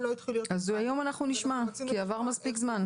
לא התחיל להיות --- אז היום אנחנו נשמע כי עבר מספיק זמן,